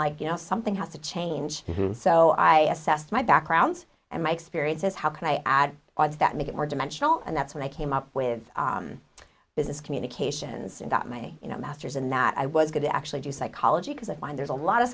like you know something has to change so i assessed my background and my experiences how can i add ons that make it more dimensional and that's when i came up with business communications and got my masters in that i was going to actually do psychology because i find there's a lot of